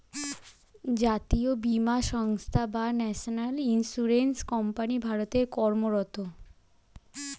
জাতীয় বীমা সংস্থা বা ন্যাশনাল ইন্স্যুরেন্স কোম্পানি ভারতে কর্মরত